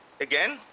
again